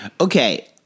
Okay